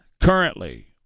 Currently